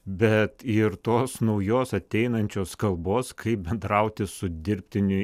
bet ir tos naujos ateinančios kalbos kaip bendrauti su dirbtiniu